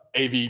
AV